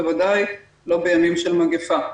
בוודאי לא בימים של מגפה.